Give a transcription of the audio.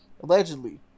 allegedly